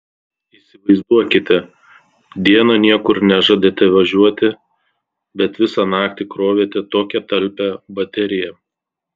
įsivaizduokite dieną niekur nežadate važiuoti bet visą naktį krovėte tokią talpią bateriją